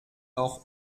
auch